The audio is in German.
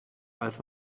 als